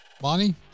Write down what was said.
Bonnie